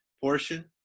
portion